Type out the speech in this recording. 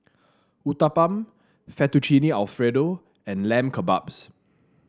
Uthapam Fettuccine Alfredo and Lamb Kebabs